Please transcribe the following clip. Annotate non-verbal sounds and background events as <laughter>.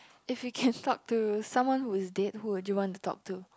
if you can <breath> talk to someone who is dead who would you want to talk to